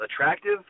attractive